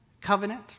covenant